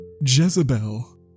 Jezebel